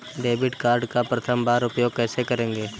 Debit card का प्रथम बार उपयोग कैसे करेंगे?